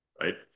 Right